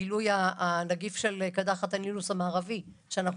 לגילוי נגיף קדחת הנילוס המערבי שאנחנו